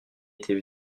était